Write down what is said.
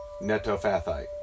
Netophathite